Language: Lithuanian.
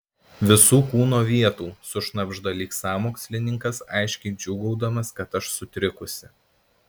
visų kūno vietų sušnabžda lyg sąmokslininkas aiškiai džiūgaudamas kad aš sutrikusi